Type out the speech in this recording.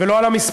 ולא על המספרים,